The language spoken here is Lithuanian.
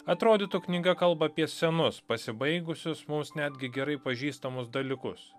atrodytų knyga kalba apie senus pasibaigusius mums netgi gerai pažįstamus dalykus